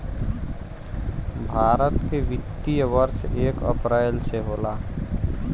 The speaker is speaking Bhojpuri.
भारत के वित्तीय वर्ष एक अप्रैल से होला